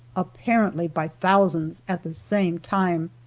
apparently by thousands, at the same time.